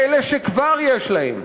באלה שכבר יש להם.